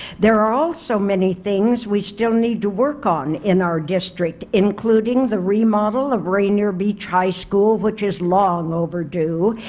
there are also many things we still need to work on in our district, including the remodel of rainier beach high school which is long overdue,